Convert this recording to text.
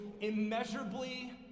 immeasurably